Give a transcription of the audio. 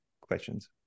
questions